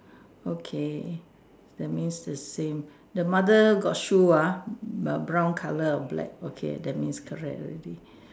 okay that means the same the mother got shoe ah err brown colour or black okay that means correct already